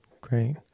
great